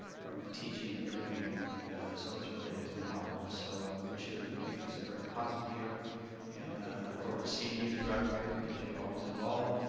from teaching, everything and so it's really, it's remarkable, so we wish you to make this a very positive year and i look forward to seeing you throughout the year because you're always involved.